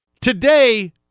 Today